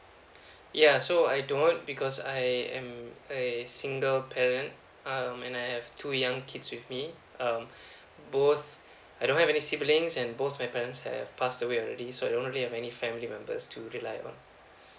ya so I don't because I am I single parent um and I have two young kids with me um both I don't have any siblings and both my parents have passed away already so I don't really have any family members to rely on